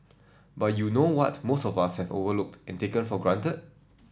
but you know what most of us have overlooked and taken for granted